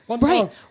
right